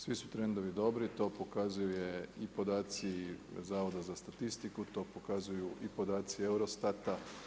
Svi su trendovi dobri i to pokazuje i podaci Zavoda za statistiku, to pokazuju i podaci Eurostata.